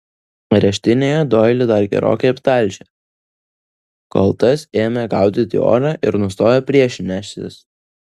areštinėje doilį dar gerokai aptalžė kol tas ėmė gaudyti orą ir nustojo priešinęsis